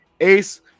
Ace